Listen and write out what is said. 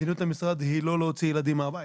מדיניות המשרד היא לא להוציא ילדים מהבית.